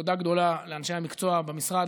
תודה גדולה לאנשי המקצוע במשרד,